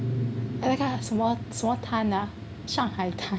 err 那个什么滩啊上海滩